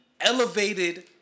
elevated